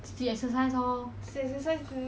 we can stadium and do